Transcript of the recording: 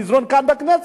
במזנון בכנסת.